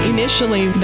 Initially